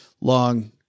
long